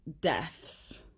deaths